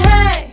Hey